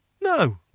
No